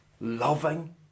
loving